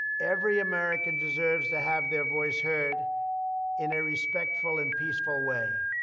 every american deserves to have their voice heard in a respectful and peaceful way.